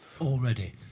Already